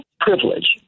privilege